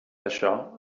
això